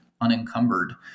unencumbered